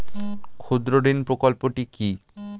ক্ষুদ্রঋণ প্রকল্পটি কি?